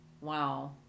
Wow